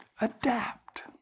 Adapt